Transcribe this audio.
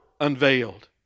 unveiled